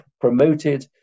promoted